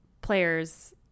players